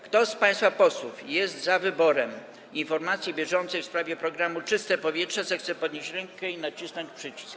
Kto z państwa posłów jest za wyborem informacji bieżącej w sprawie programu „Czyste powietrze”, zechce podnieść rękę i nacisnąć przycisk.